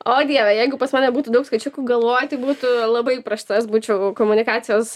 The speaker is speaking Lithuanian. o dieve jeigu pas mane būtų daug skaičiukų galvoj tai būtų labai prasta as būčiau komunikacijos